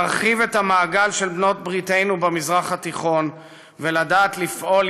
להרחיב את המעגל של בעלות בריתנו במזרח התיכון ולדעת לפעול